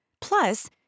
Plus